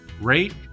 rate